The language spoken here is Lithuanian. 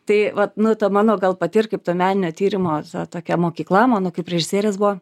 tai vat nu ta mano gal pati ir kaip to meninio tyrimo tokia mokykla mano kaip režisierės buvo